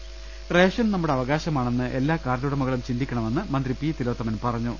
രദ്ദേഷ്ടങ റേഷൻ നമ്മുടെ അവകാശമാണെന്ന് എല്ലാ കാർഡ് ഉടമകളും ചിന്തി ക്കണമെന്ന് മന്ത്രി പി തിലോത്തമൻ പറഞ്ഞു